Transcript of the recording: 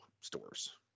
stores